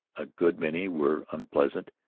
a good many were unpleasant,